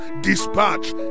Dispatch